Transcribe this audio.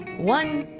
one,